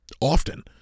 often